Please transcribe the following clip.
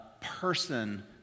person